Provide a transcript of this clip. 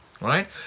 Right